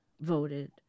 voted